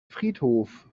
friedhof